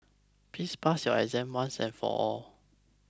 please pass your exam once and for all